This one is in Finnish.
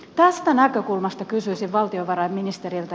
tästä näkökulmasta kysyisin valtiovarainministeriltä